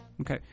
Okay